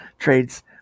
trades